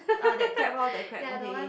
ah that crab